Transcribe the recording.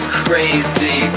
crazy